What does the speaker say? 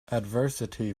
adversity